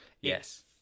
Yes